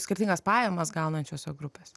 skirtingas pajamas gaunančiose grupės